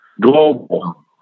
Global